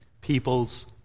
People's